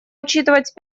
учитывать